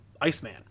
Iceman